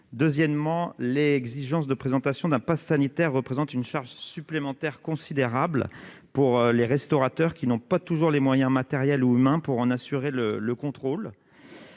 Deuxièmement, l'exigence de présentation d'un passe sanitaire représente une charge supplémentaire considérable pour les restaurateurs, qui n'ont pas toujours les moyens matériels ou humains pour en assurer le contrôle.